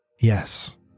Yes